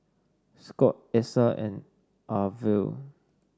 Scot Essa and Arvil